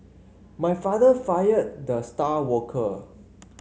my father fired the star worker